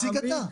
תציג אתה.